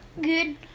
Good